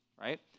right